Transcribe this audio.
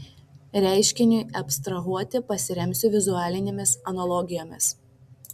reiškiniui abstrahuoti pasiremsiu vizualinėmis analogijomis